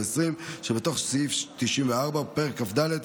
(15) ו-(20) שבתוך סעיף 94 בפרק כ"ד,